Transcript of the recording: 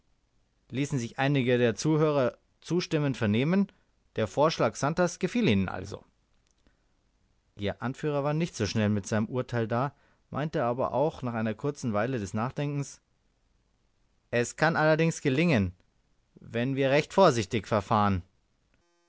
ließen sich einige der zuhörer zustimmend vernehmen der vorschlag santers gefiel ihnen also ihr anführer war nicht so schnell mit seinem urteile da meinte aber auch nach einer kurzen weile des nachdenkens es kann allerdings gelingen wenn wir recht vorsichtig verfahren